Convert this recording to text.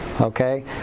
Okay